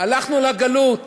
הלכנו לגלות,